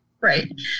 Right